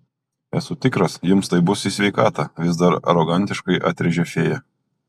esu tikras jums tai bus į sveikatą vis dar arogantiškai atrėžė fėja